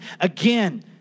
again